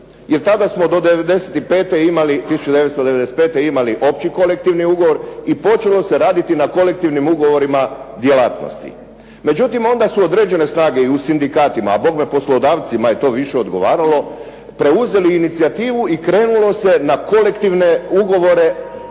i tada smo do 95. imali opći kolektivni ugovor i počelo se raditi na kolektivnim ugovorima djelatnosti. Međutim, onda su određene snage i u sindikatima, a bogme poslodavcima je to više odgovaralo, preuzeli inicijativu i krenulo se na kolektivne ugovore u